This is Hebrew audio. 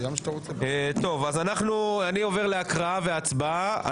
אני עובר להקראה והצבעה.